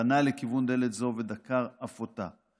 פנה לכיוון דלת זו ודקר אף אותה.